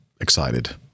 excited